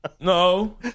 No